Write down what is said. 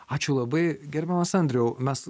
ačiū labai gerbiamas andriau mes